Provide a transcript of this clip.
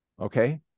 okay